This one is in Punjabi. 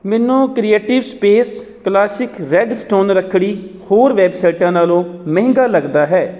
ਮੈਨੂੰ creative space classic red stone Rakhri ਹੋਰ ਵੈਬਸਾਈਟਾਂ ਨਾਲੋਂ ਮਹਿੰਗਾ ਲੱਗਦਾ ਹੈ